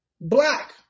Black